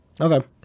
Okay